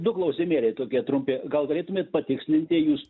du klausimėliai tokie trumpi gal galėtumėt patikslinti jūs